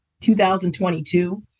2022